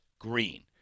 green